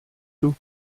tout